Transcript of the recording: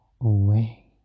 Away